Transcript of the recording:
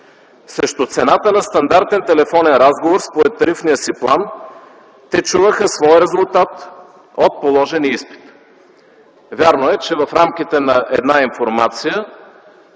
Срещу цената на стандартен телефонен разговор, според тарифния си план, те чуваха своя резултат от положения изпит. Вярно е, че в рамките на една информация